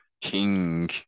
King